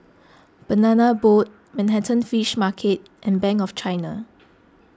Banana Boat Manhattan Fish Market and Bank of China